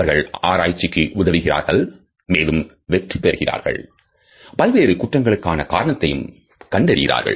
அவர்கள் ஆராய்ச்சிக்கு உதவுகிறார்கள் மேலும் வெற்றி பெறுகிறார்கள் பல்வேறு குற்றங்களுக்கான காரணத்தையும் கண்டறிகிறார்கள்